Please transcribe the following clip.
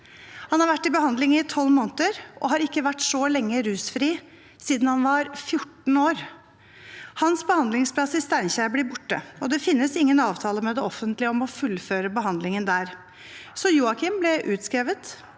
Han har vært i behandling i tolv måneder og har ikke vært så lenge rusfri siden han var 14 år. Hans behandlingsplass i Steinkjer blir borte, og det finnes ingen avtale med det offentlige om å fullføre behandlingen der. Så Joakim ble utskrevet,